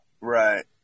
Right